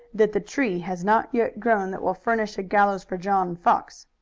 that the tree has not yet grown that will furnish a gallows for john fox.